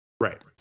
right